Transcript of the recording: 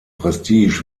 prestige